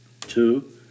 two